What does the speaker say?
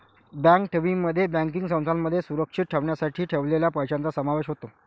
bank ठेवींमध्ये banking संस्थांमध्ये सुरक्षित ठेवण्यासाठी ठेवलेल्या पैशांचा समावेश होतो